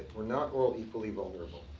we're not all equally vulnerable.